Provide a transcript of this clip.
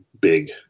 big